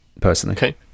personally